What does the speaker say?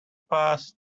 pass